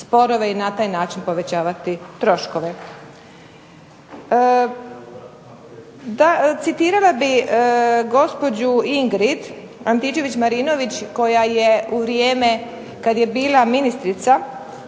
i na taj način povećavati troškove. Citirala bih gospođu Ingrid Antičević-Marinović koja je u vrijeme kad je bila ministrica